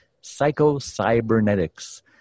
Psycho-Cybernetics